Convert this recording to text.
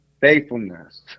Faithfulness